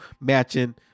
matching